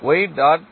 y dot